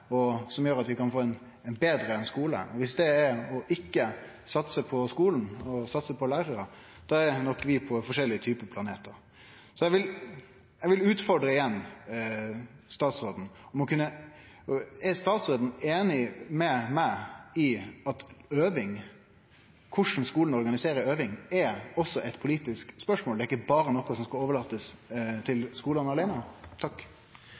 noko som gjer at vi kan få ein betre skule. Viss ikkje det å satse på lærarar er å satse på skulen, er vi nok på ulike planetar. Eg vil utfordre statsråden igjen: Er statsråden einig med meg i at korleis skulen organiserer øving, også er eit politisk spørsmål og ikkje noko som berre skal overlatast til skulane åleine? I siste instans er jo hele skolen og